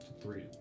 Three